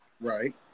Right